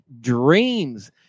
dreams